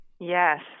Yes